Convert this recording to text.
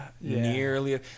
nearly